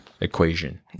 equation